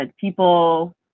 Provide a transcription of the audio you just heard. People